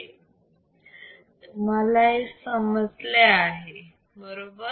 तुम्हाला हे समजले आहे बरोबर